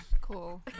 Cool